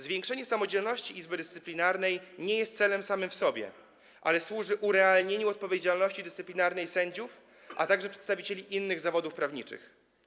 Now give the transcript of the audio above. Zwiększenie samodzielności Izby Dyscyplinarnej nie jest celem samym w sobie, ale służy urealnieniu odpowiedzialności dyscyplinarnej sędziów, a także przedstawicieli innych zawodów prawniczych.